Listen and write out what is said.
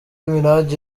minaj